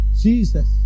Jesus